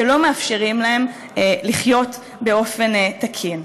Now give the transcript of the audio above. שלא מאפשרים להם לחיות באופן תקין.